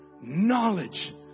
knowledge